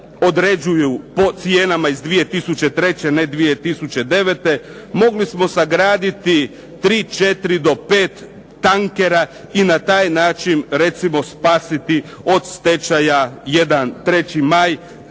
određuju po cijenama iz 2003., ne 2009. Mogli smo sagraditi 3, 4 do 5 tankera i na taj način recimo spasiti od stečaja jedan